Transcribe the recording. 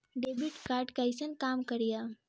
Debit card कैसन काम करेया?